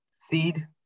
seed